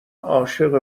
عاشق